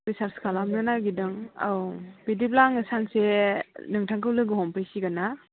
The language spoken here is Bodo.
रिसार्च खालामनो नागिरदों औ बिदिब्ला आं सानसे नोंथांखौ लोगो हमफैसिगोन